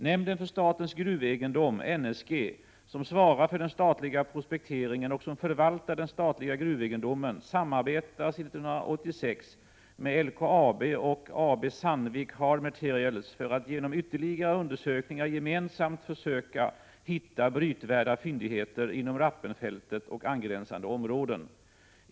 Nämnden för statens gruvegendom , som svarar för den statliga prospekteringen och som förvaltar den statliga gruvegendomen, samarbetar sedan 1986 med LKAB och AB Sandvik Hard Materials för att genom ytterligare undersökningar gemensamt försöka hitta brytvärda fyndigheter inom Rappenfältet och angränsande områden.